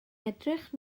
edrych